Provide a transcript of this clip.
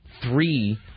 three